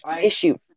issue